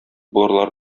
булырлар